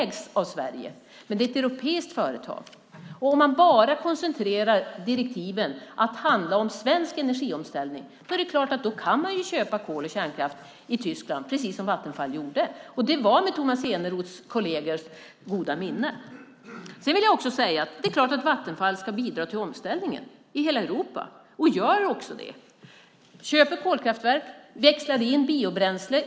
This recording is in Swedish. Det ägs av Sverige, men är ett europeiskt företag. Om man bara koncentrerar direktiven till att handla om svensk energiomställning är det klart att det går att köpa kol och kärnkraft i Tyskland, precis som Vattenfall gjorde. Det skedde med Tomas Eneroths kollegers goda minne. Det är klart att Vattenfall ska bidra till omställningen i hela Europa och också gör det. Man köper kolkraftverk och växlar in biobränsle.